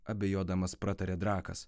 abejodamas pratarė drakas